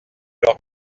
leurs